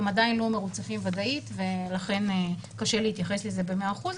הם עדיין לא מרוצפים ודאית ולכן קשה להתייחס לזה במאת האחוזים.